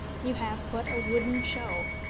you have but a wooden show.